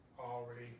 already